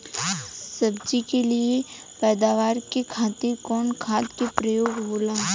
सब्जी के लिए पैदावार के खातिर कवन खाद के प्रयोग होला?